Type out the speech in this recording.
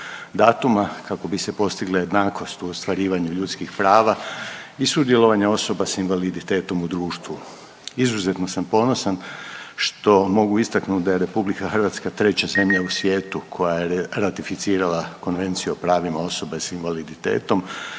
datuma kako bi se postigle jednakosti u ostvarivanju ljudskih prava i sudjelovanje osoba s invaliditetom u društvu. Izuzetno sam ponosan što mogu istaknut da je RH treća zemlja u svijetu koja je ratificirala Konvenciju o pravima osoba s invaliditetom,